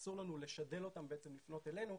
אסור לנו לשדל אותם לפנות אלינו,